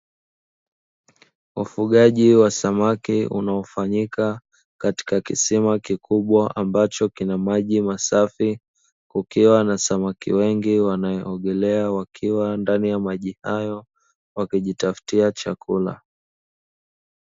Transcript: Ufugaji wa samaki unaofanyika katika kisima kikubwa ambacho kina maji masafi, kukiwa na samaki wengi wanaogelea wakiwa ndani ya maji hayo, wakijitafutia chakula.